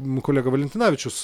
nu kolega valentinavičius